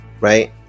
right